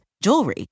jewelry